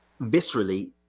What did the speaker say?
viscerally